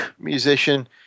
musician